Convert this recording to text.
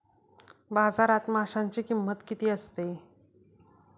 बाजारात माशांची किंमत किती असते?